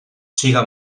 siga